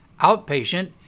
outpatient